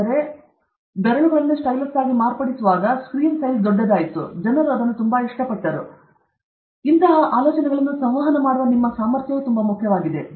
ಆದ್ದರಿಂದ ನಿಮ್ಮ ಆಲೋಚನೆಗಳನ್ನು ಸಂವಹನ ಮಾಡುವ ಈ ಸಾಮರ್ಥ್ಯ ತುಂಬಾ ಮುಖ್ಯವಾಗಿದೆ